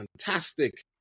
fantastic